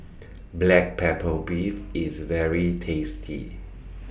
Black Pepper Beef IS very tasty